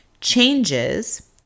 Changes